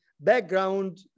background